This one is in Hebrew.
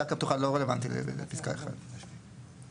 קרקע פתוחה לא רלוונטית לפסקה 1. אנחנו,